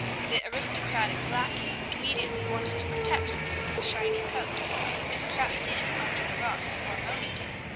the aristocratic blackie immediately wanted to protect her beautiful shiny coat and crept in under the rock before moni did.